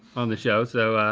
on the show, so,